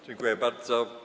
Dziękuję bardzo.